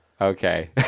okay